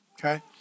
okay